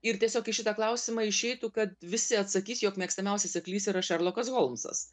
ir tiesiog į šitą klausimą išeitų kad visi atsakys jog mėgstamiausias seklys yra šerlokas holmsas